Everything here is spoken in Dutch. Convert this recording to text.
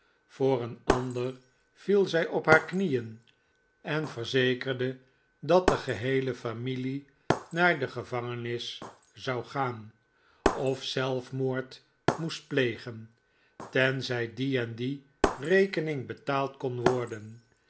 voor een ander viel zij op haar knieen en verzekerde dat de geheele familie naar de gevangenis zou gaan of zelfmoord moest plegen tenzij die en die rekening betaald kon worden